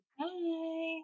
Hi